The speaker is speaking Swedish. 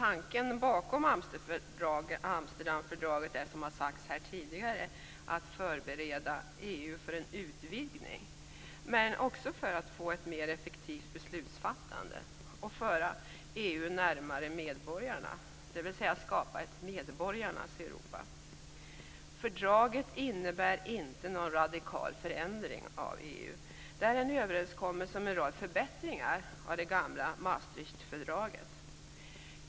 Herr talman! Tanken bakom Amsterdamfördraget är, som har sagts här tidigare, att förbereda EU för en utvidgning men också att få ett mer effektivt beslutsfattande och att föra EU närmare medborgarna, dvs. skapa ett medborgarnas Europa. Fördraget innebär inte någon radikal förändring av EU utan är en överenskommelse om en rad förbättringar av det gamla Maastrichtfördraget.